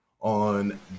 on